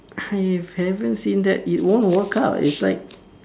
I have haven't seen that it won't work out it's like